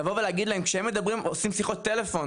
לבוא ולהגיד להם כשהם עושים שיחות טלפון